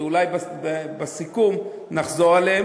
ואולי בסיכום נחזור עליהם.